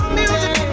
music